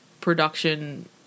production